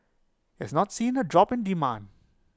has not seen A drop in demand